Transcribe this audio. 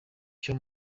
cyo